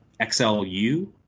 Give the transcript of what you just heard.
XLU